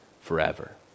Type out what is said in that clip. forever